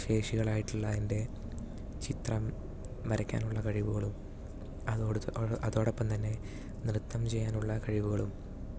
ശേഷികളായിട്ടുള്ള എൻ്റെ ചിത്രം വരക്കാനുള്ള കഴിവുകളും അതോടു അതോടൊപ്പം തന്നെ നൃത്തം ചെയ്യാനുള്ള കഴിവുകളും